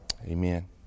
amen